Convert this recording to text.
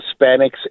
Hispanics